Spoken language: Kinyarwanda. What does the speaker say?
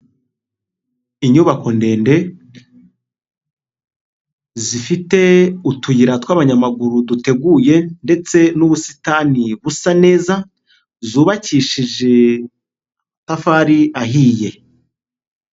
Inyubako ndende zifite utuyira tw'abanyamaguru duteguye ndetse n'ubusitani busa neza, zubakishije amatafari ahiye.